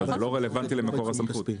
אבל זה לא רלוונטי למקום הסמכותי.